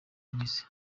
mizi